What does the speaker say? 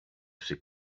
see